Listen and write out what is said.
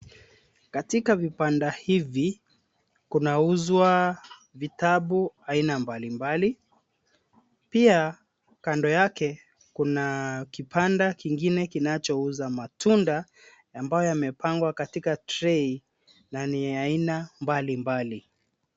Katika vibanda hivi kunauzwa vitabu aina ya mbalimbali. Pia kando yake kuna kibanda kingine kinachouza matunda ambayo yamepangwa katika tray na ni ya aina mbalimbali.